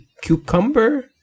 cucumber